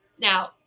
Now